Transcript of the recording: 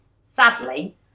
Sadly